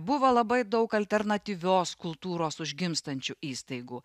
buvo labai daug alternatyvios kultūros užgimstančių įstaigų